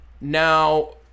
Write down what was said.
Now